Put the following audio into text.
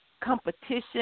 competition